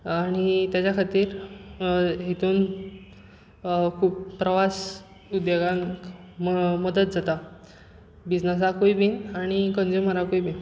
आनी ताज्या खातीर हातूंत खूब प्रवास उद्देगान मदत जाता बिझनसाकूय बीन आनी कंज्युमराकूय बीन